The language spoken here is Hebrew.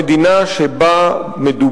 והמדינה הראשונה שבה מדובר,